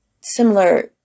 similar